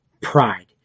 pride